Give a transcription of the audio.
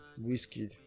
whiskey